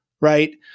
Right